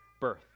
birth